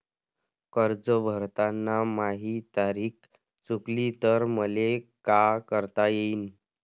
कर्ज भरताना माही तारीख चुकली तर मले का करता येईन?